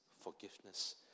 forgiveness